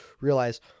realize